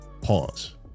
Pause